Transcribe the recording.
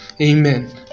amen